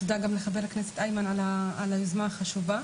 תודה גם לחבר הכנסת איימן על היוזמה החשובה.